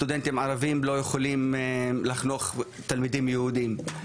סטודנטים ערביים לא יכולים לחנוך תלמידים יהודיים,